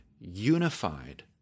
unified